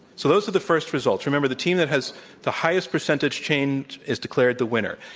so those are the first results. remember, the team that has the highest percentage change is declared the winner.